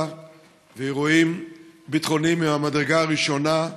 ואירועים ביטחוניים מהמדרגה הראשונה,